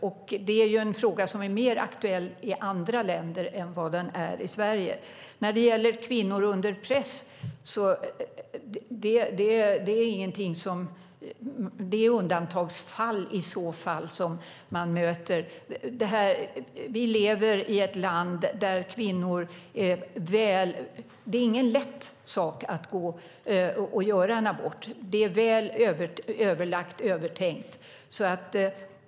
Men det är en fråga som är mer aktuell i andra länder än i Sverige. När det gäller kvinnor under press handlar det i så fall om undantagsfall. Vi lever i ett land där det inte är någon enkel sak för en kvinna att gå och göra en abort. Det är väl överlagt och övertänkt.